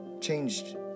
changed